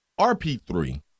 RP3